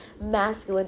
masculine